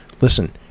listen